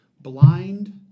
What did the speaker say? blind